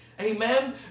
Amen